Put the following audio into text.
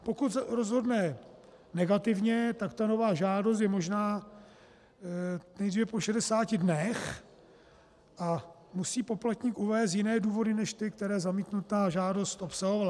Pokud rozhodne negativně, tak nová žádost je možná nejdříve po 60 dnech a musí poplatník uvést jiné důvody než ty, které zamítnutá žádost obsahovala.